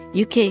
UK